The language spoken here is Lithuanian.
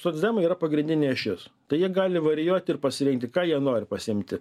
socdemai yra pagrindinė ašis tai jie gali varijuoti ir pasirinkti ką jie nori pasiimti